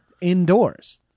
Indoors